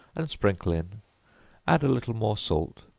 and sprinkle in add a little more salt,